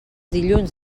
dilluns